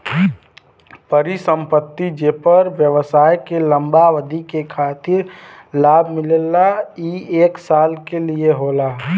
परिसंपत्ति जेपर व्यवसाय के लंबा अवधि के खातिर लाभ मिलला ई एक साल के लिये होला